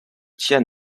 tian